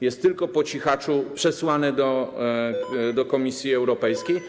Jest tylko po cichaczu przesłane do Komisji Europejskiej.